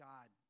God